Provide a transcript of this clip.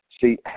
See